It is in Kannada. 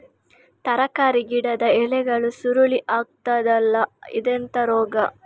ತರಕಾರಿ ಗಿಡದ ಎಲೆಗಳು ಸುರುಳಿ ಆಗ್ತದಲ್ಲ, ಇದೆಂತ ರೋಗ?